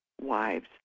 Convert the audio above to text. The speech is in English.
wives